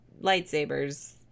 lightsabers